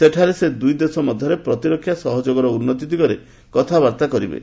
ସେଠାରେ ସେ ଦୁଇ ଦେଶ ମଧ୍ୟରେ ପ୍ରତିରକ୍ଷା ସହଯୋଗର ଉନ୍ନତି ଦିଗରେ କଥାବାର୍ତ୍ତା କରିବେ